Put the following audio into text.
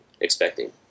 expecting